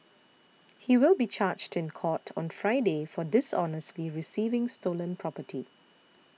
he will be charged in court on Friday for dishonestly receiving stolen property